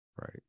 right